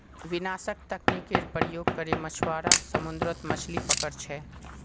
विनाशक तकनीकेर प्रयोग करे मछुआरा समुद्रत मछलि पकड़ छे